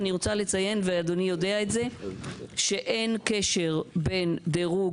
אדוני יודע שאין קשר בין דירוג